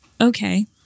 okay